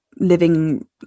living